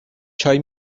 چای